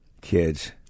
Kids